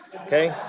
okay